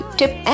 tip